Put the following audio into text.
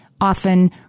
often